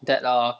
that err